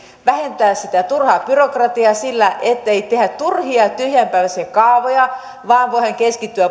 vähentää sitä turhaa byrokratiaa sillä ettei tehdä turhia tyhjänpäiväisiä kaavoja vaan voidaan keskittyä